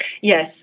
Yes